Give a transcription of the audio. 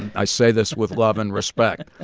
i say this with. love and respect.